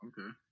Okay